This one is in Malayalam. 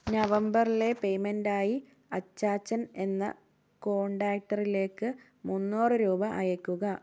നവംബറിലെ പേയ്മെന്റ് ആയി അച്ചാച്ചൻ എന്ന കോണ്ടാക്ടിലേക്ക് മുന്നൂറ് രൂപ അയയ്ക്കുക